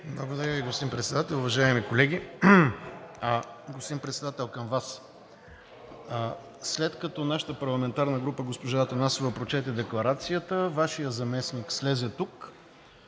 Благодаря Ви, господин Председател, уважаеми колеги! Господин Председател, към Вас. След като от нашата парламентарна група госпожа Атанасова прочете декларацията, Вашият заместник слезе тук